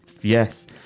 yes